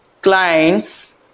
clients